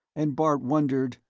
and bart wondered,